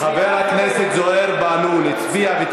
חבר הכנסת זוהיר בהלול הצביע במקום יואל חסון בטעות.